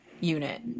unit